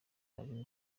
ari